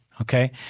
okay